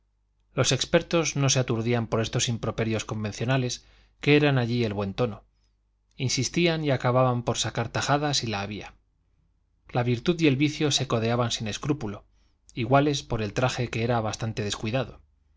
los expertos no se aturdían por estos improperios convencionales que eran allí el buen tono insistían y acababan por sacar tajada si la había la virtud y el vicio se codeaban sin escrúpulo iguales por el traje que era bastante descuidado